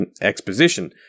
exposition